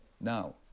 Now